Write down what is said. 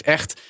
Echt